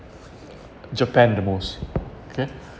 japan the most okay